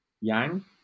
yang